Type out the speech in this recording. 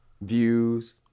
views